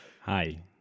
Hi